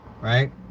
Right